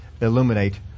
illuminate